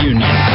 Union